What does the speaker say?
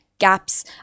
Gaps